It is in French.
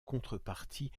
contreparties